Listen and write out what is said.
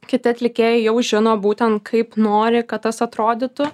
kiti atlikėjai jau žino būtent kaip nori kad tas atrodytų